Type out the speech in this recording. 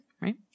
right